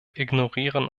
ignorieren